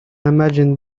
imagine